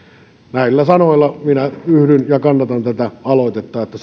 näillä sanoilla minä yhdyn tähän ja kannatan tätä aloitetta että